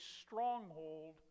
stronghold